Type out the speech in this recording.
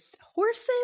horses